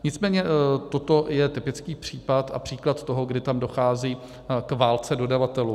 Nicméně toto je typický případ a příklad toho, kdy tam dochází k válce dodavatelů.